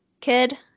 kid